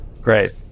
Great